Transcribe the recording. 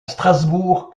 strasbourg